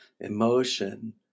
emotion